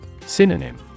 Synonym